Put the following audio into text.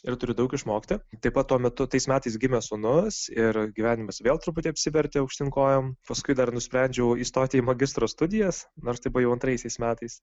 ir turi daug išmokti taip pat tuo metu tais metais gimė sūnus ir gyvenimas vėl truputį apsivertė aukštyn kojom paskui dar nusprendžiau įstoti į magistro studijas nors tai buvo jau antraisiais metais